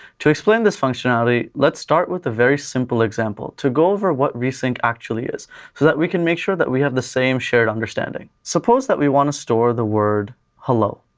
to explain this functionality, let's start with a very simple example, to go over what re-sync actually is, so that we can make sure that we have the same shared understanding. suppose that we want to store the word hello.